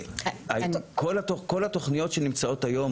כל התוכניות שנמצאות היום,